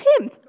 Tim